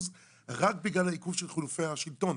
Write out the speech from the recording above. רק בגלל העיכוב של חילופי השלטון.